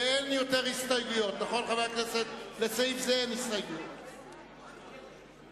ולסעיף זה אין עוד הסתייגויות, נכון?